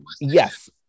yes